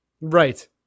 Right